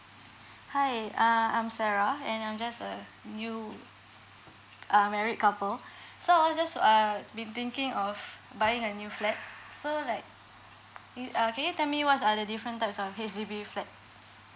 hi uh I'm sarah and I'm just a uh married couple so just to err been thinking of buying a new flat so like it uh can tell me what's are the different types of H_D_B flat